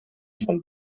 von